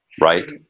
right